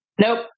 Nope